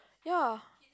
ya